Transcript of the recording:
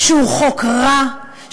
שהוא חוק רע,